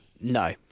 No